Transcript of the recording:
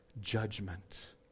judgment